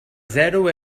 zero